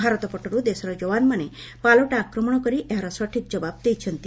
ଭାରତ ପଟରୁ ଦେଶର ଯବାନ୍ମାନେ ପାଲଟା ଆକ୍ରମଣ କରି ଏହାର ସଠିକ୍ ଜବାବ୍ ଦେଇଛନ୍ତି